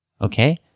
Okay